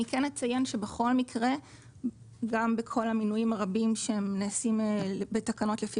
אני כן אציין שבכל מקרה גם בכל המינויים הרבים שנעשים בתקנות לפי